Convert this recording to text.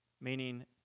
Meaning